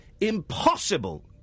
impossible